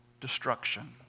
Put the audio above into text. destruction